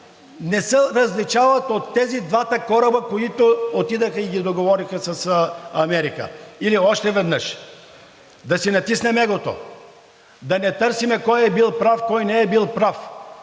не се различават от тези двата кораба, които отидоха и договориха с Америка. Или още веднъж: да си натиснем егото, да не търсим кой е бил прав, кой не е бил прав,